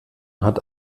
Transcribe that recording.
hat